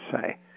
say